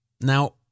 Now